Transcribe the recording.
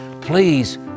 Please